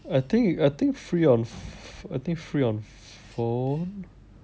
I think I think free on I think free on phone